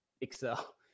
excel